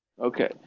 Okay